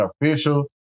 official